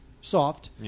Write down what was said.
soft